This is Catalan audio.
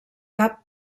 cap